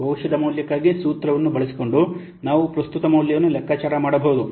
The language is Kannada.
ಭವಿಷ್ಯದ ಮೌಲ್ಯಕ್ಕಾಗಿ ಸೂತ್ರವನ್ನು ಬಳಸಿಕೊಂಡು ನಾವು ಪ್ರಸ್ತುತ ಮೌಲ್ಯವನ್ನು ಲೆಕ್ಕಾಚಾರ ಮಾಡಬಹುದು